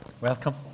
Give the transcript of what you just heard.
Welcome